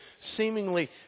seemingly